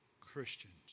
Christians